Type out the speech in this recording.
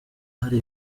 hari